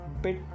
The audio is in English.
bit